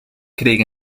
kreeg